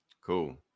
Cool